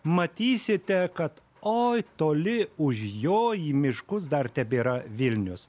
matysite kad oi toli už jo į miškus dar tebėra vilnius